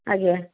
ଆଜ୍ଞା